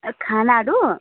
खानाहरू